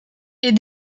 est